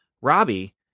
Robbie